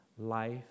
life